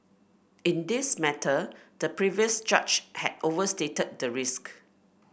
in this matter the previous judge had overstated the risk